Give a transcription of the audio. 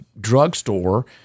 drugstore